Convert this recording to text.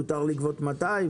מותר לגבות את הסכום הזה?